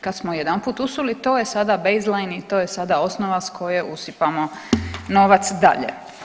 Kad smo jedanput usuli to je sada bezlain i to je sad osnova s koje usipamo novac dalje.